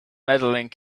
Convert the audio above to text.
medaling